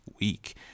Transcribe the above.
week